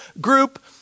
group